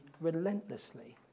relentlessly